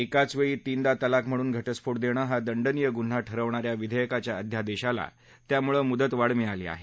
एकाच वेळी तीनदा तलाक म्हणून घटस्फोट देणं हा दंडनीय गुन्हा ठरवणाऱ्या विधेयकाच्या अध्यादेशाला त्यामुळं मुदतवाढ मिळाली आहे